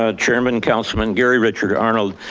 ah chairman, councilmen, gary richard arnold,